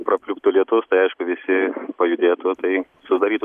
prapliuptų lietus tai aišku visi pajudėtų tai sudarytų